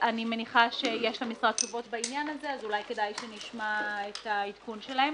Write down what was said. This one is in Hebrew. אני מניחה שיש למשרד תשובות בעניין הזה - אולי כדאי שנשמע את עדכונם.